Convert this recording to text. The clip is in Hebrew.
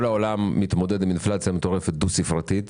כל העולם מתמודד עם אינפלציה מטורפת דו ספרתית.